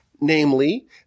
Namely